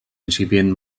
incipient